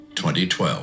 2012